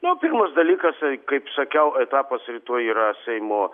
nu pirmas dalykas kaip sakiau etapas rytoj yra seimo